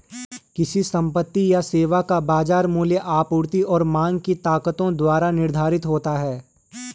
किसी संपत्ति या सेवा का बाजार मूल्य आपूर्ति और मांग की ताकतों द्वारा निर्धारित होता है